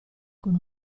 con